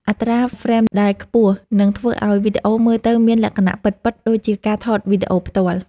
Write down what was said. អត្រាហ្វ្រេមដែលខ្ពស់នឹងធ្វើឱ្យវីដេអូមើលទៅមានលក្ខណៈពិតៗដូចជាការថតវីដេអូផ្ទាល់។